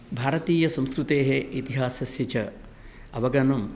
भारतीयसंस्कृतेः इतिहासस्य च अवगमनं